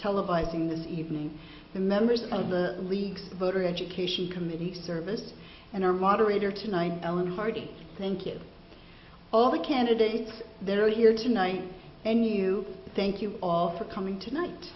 televising this evening the members of the league's voter education committee service and our moderator tonight ellen hardy thank you all the candidates they're here tonight and you thank you all for coming tonight